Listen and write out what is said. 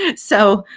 and so